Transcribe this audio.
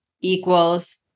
equals